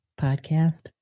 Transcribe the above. podcast